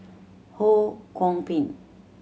Ho Kwon Ping